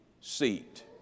seat